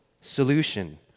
solution